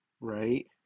right